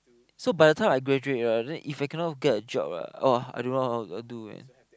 so by the time I graduate right then If I cannot get a job right !wah! I don't know how I do man